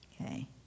Okay